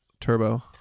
turbo